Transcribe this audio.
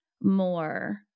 more